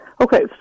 Okay